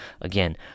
Again